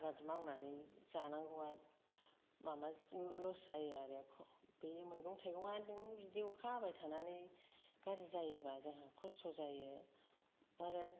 आबाद मावनानै जानांगौवा माबा लस जायो आरो बे मैगं थैगं आनो बिदि अखा हाबाय थानानै गार्जि जायोबा जोंहा खस्थ' जायो आरो